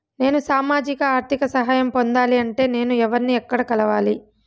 నేను సామాజిక ఆర్థిక సహాయం పొందాలి అంటే నేను ఎవర్ని ఎక్కడ కలవాలి?